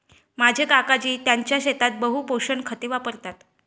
माझे काकाजी त्यांच्या शेतात बहु पोषक खते वापरतात